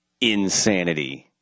Insanity